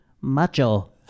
macho